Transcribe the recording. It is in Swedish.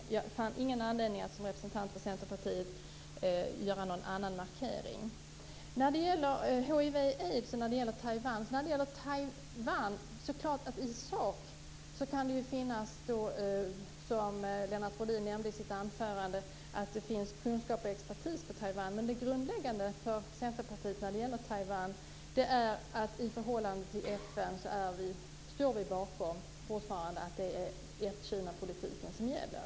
Jag fann ingen anledning att som representant för Centerpartiet göra någon annan markering. I fråga om hiv och aids kan det finnas, som Lennart Rohdin nämnde i sitt anförande, kunskap och expertis på Taiwan. Men det grundläggande för Centerpartiet när det gäller Taiwan i förhållande till FN är att vi fortfarande står bakom att det är ett-Kinapolitiken som gäller.